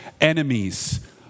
enemies